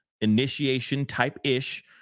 initiation-type-ish